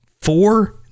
four